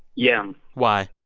yeah why?